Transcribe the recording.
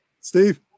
Steve